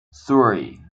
three